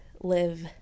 live